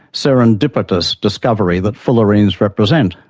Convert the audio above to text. serendipitous discovery that fullerenes represent?